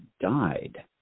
died